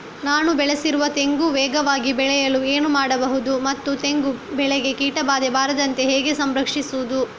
ನಾನು ಬೆಳೆಸಿರುವ ತೆಂಗು ವೇಗವಾಗಿ ಬೆಳೆಯಲು ಏನು ಮಾಡಬಹುದು ಮತ್ತು ತೆಂಗು ಬೆಳೆಗೆ ಕೀಟಬಾಧೆ ಬಾರದಂತೆ ಹೇಗೆ ಸಂರಕ್ಷಿಸುವುದು?